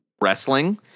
wrestling